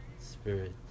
spirit